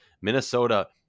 Minnesota